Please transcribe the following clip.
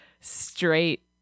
straight